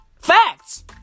Facts